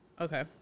Okay